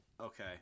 Okay